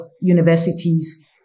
universities